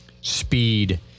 speed